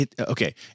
okay